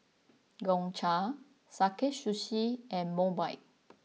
Gongcha Sakae Sushi and Mobike